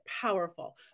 powerful